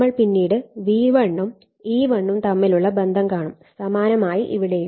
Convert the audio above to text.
നമ്മൾ പിന്നീട് V1 ഉം E1 ഉം തമ്മിലുള്ള ബന്ധം കാണും സമാനമായി ഇവിടെയും